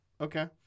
Okay